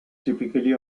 typically